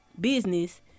business